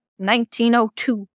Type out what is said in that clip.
1902